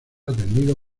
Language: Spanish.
atendido